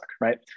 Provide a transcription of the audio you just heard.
right